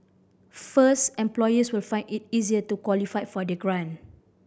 first employers will find it easier to qualify for the grant